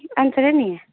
अन्त र नि